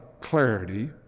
clarity